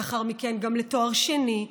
לאחר מכן גם לתואר שני,